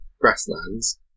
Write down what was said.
Grasslands